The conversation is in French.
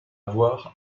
avoir